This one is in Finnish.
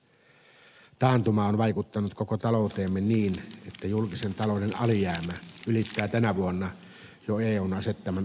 taantuma on vaikuttanut koko talouteemme niin että julkisen talouden alijäämä ylittää tänä vuonna jo eun asettaman alijäämärajoituksen